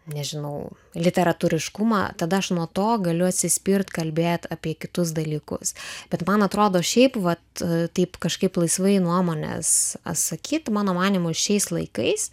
nežinau literatūriškumą tada aš nuo to galiu atsispirt kalbėt apie kitus dalykus bet man atrodo šiaip vat taip kažkaip laisvai nuomonės sakyt mano manymu šiais laikais